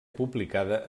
publicada